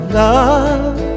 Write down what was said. love